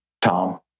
Tom